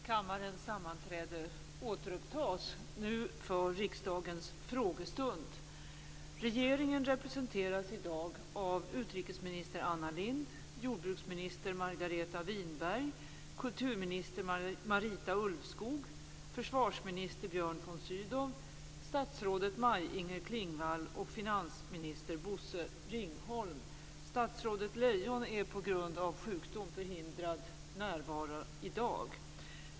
Kammarens sammanträde återupptas nu för riksdagens frågestund. Regeringen representeras i dag av utrikesminister Anna Lindh, jordbruksminister Margareta Winberg, kulturminister Marita Ulvskog, försvarsminister Björn von Sydow, statsrådet Maj-Inger Klingvall och finansminister Bosse Ringholm. Statsrådet Lejon är på grund av sjukdom förhindrad att närvara i dag.